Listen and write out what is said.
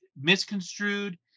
misconstrued